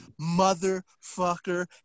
motherfucker